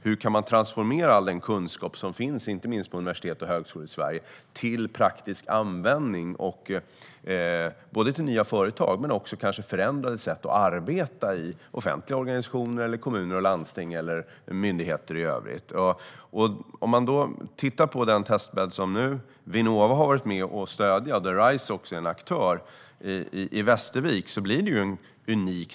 Hur kan man transformera all den kunskap som finns, inte minst på universitet och högskolor i Sverige, till praktisk användning både för nya företag och i förändrade sätt att arbeta i offentliga organisationer, kommuner och landsting och myndigheter i övrigt? Den testbädd i Västervik som Vinnova har varit med om att stödja och där RISE också är en aktör är unik.